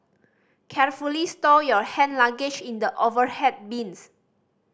carefully stow your hand luggage in the overhead bins